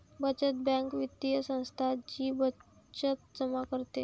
बचत बँक वित्तीय संस्था जी बचत जमा करते